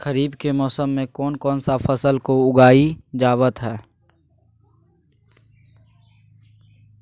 खरीफ के मौसम में कौन कौन सा फसल को उगाई जावत हैं?